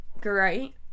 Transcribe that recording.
great